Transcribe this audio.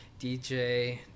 DJ